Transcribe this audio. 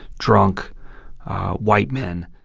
drunk white men